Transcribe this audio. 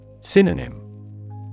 Synonym